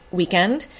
weekend